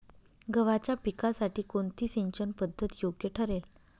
गव्हाच्या पिकासाठी कोणती सिंचन पद्धत योग्य ठरेल?